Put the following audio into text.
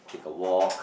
take a walk